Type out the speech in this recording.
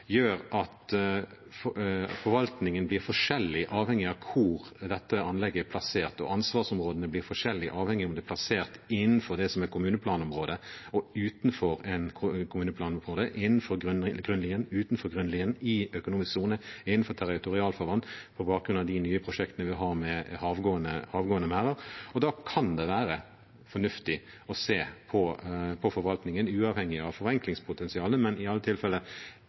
gjør at forvaltningen blir forskjellig avhengig av hvor anlegget er plassert. Ansvarsområdene blir forskjellige avhengig av om det er plassert innenfor kommuneplanområdet eller utenfor kommuneplanområdet, innenfor grunnlinjen eller utenfor grunnlinjen, i økonomisk sone eller innenfor territorialfarvann, på bakgrunn av de nye prosjektene vi har med havgående merder. Da kan det være fornuftig å se på forvaltningen uavhengig av forenklingspotensialet, men i alle